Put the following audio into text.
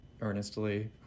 earnestly